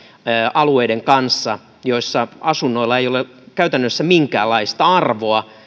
alueiden kanssa missä asunnoilla ei ole käytännössä minkäänlaista arvoa